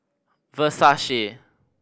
versace